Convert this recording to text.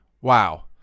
wow